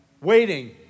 Waiting